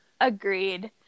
agreed